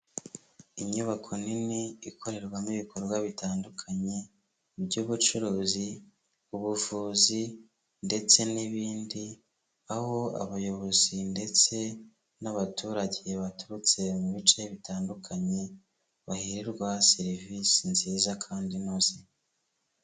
Inyubako nini ikorerwamo ibikorwa bitandukanye by'ubucuruzi, ubuvuzi ndetse n'ibindi, aho abayobozi ndetse n'abaturage baturutse mu bice bitandukanye bahererwa serivisi nziza kandi inoze.